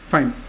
Fine